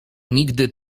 nigdy